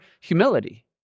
humility